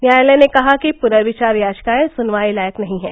न्यायालय ने कहा कि पुनर्वेचार याचिकाएं सुनवाई लायक नहीं है